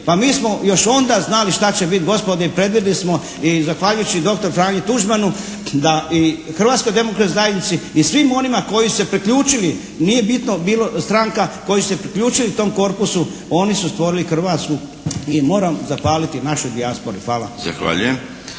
Pa mi smo još onda znali šta će biti gospodo i predvidjeli smo i zahvaljujući dr. Franji Tuđmanu da i Hrvatskoj demokratskoj zajednici i svim onima koji su se priključili nije bitno bilo stranka koji su se priključili tom korpusu oni su stvorili Hrvatsku i moram zahvaliti našoj dijaspori. Hvala.